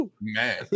man